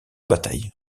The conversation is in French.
bataille